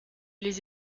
les